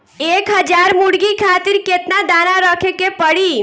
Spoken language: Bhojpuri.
एक हज़ार मुर्गी खातिर केतना दाना रखे के पड़ी?